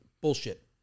Bullshit